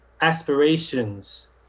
aspirations